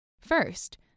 First